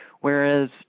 whereas